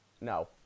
No